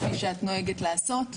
כפי שאת נוהגת לעשות,